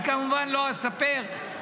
אני כמובן לא אספר.